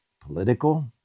Political